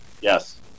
Yes